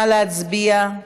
נא להצביע.